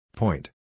Point